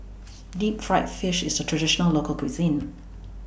Deep Fried Fish IS A Traditional Local Cuisine